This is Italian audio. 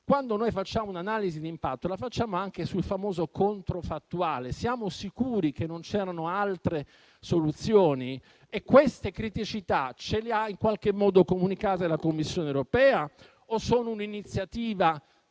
Quando facciamo un'analisi di impatto, la facciamo anche sul famoso controfattuale. Siamo sicuri che non ci fossero altre soluzioni? Queste criticità ce le ha in qualche modo comunicate la Commissione europea o sono un'iniziativa